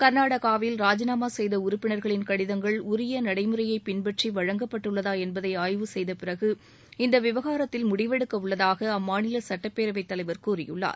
கர்நாடகாவில் ராஜினாமா செய்த உறுப்பினர்களின் கடிதங்கள் உரிய நடைமுறையை பின்பற்றி வழங்கப்பட்டுள்ளதா என்பதை ஆய்வு செய்த பிறகு இந்த விவகாரத்தில் முடிவெடுக்கவுள்ளதாக அம்மாநில சுட்டப்பேரவை தலைவர் கூறியுள்ளார்